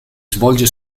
svolge